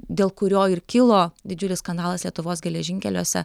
dėl kurio ir kilo didžiulis skandalas lietuvos geležinkeliuose